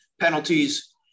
penalties